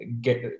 get